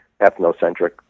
ethnocentric